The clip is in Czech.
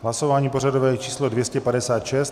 Hlasování pořadové číslo 256.